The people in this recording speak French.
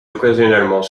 occasionnellement